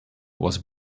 was